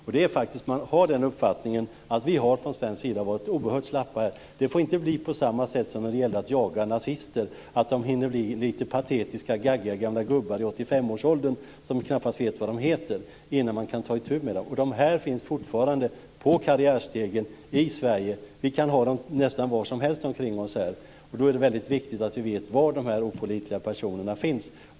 Man har faktiskt den uppfattningen att vi från svensk sida har varit oerhört slappa. Det får inte bli på samma sätt som när det gällde att jaga nazister, att de hinner bli lite patetiska, gaggiga gamla gubbar i 85 årsåldern som knappt vet vad de heter innan man kan ta itu med dem. Dessa människor finns fortfarande på karriärsstegen i Sverige. Vi kan ha dem nästan var som helst omkring oss. Det är väldigt viktigt att vi vet var de här opålitliga personerna finns.